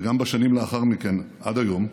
וגם בשנים שלאחר מכן, עד היום,